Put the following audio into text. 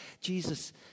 Jesus